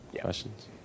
questions